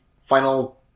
final